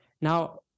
Now